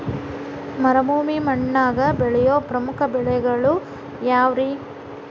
ಮರುಭೂಮಿ ಮಣ್ಣಾಗ ಬೆಳೆಯೋ ಪ್ರಮುಖ ಬೆಳೆಗಳು ಯಾವ್ರೇ?